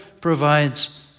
provides